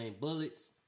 bullets